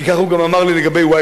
כי כך הוא גם אמר לי לגבי "וואי